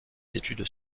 études